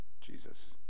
Jesus